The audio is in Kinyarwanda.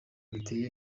bitewe